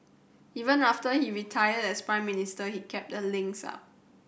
even after he retired as Prime Minister he kept the links up